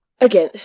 Again